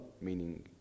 Meaning